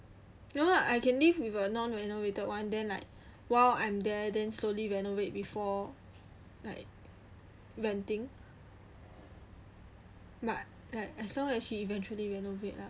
no lah I can live with a non renovated in then like while I'm there then slowly renovate before like renting but like I saw that she eventually renovate lah